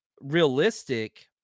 realistic